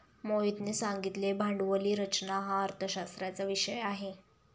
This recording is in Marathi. मोहितने सांगितले भांडवली रचना हा अर्थशास्त्राचा विषय आहे